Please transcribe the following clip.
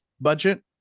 budget